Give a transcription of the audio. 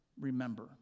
remember